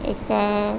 उसका